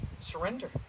Surrender